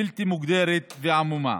בלתי מוגדרת ועמומה: